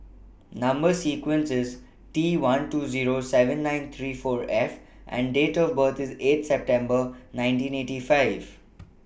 Number sequence IS T one two Zero seven nine three four F and Date of birth IS eight September nineteen eighty five